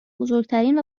بزرگترین